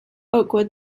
oakwood